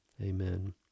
Amen